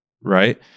right